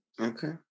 Okay